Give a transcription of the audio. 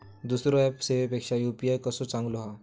दुसरो ऍप सेवेपेक्षा यू.पी.आय कसो चांगलो हा?